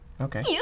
Okay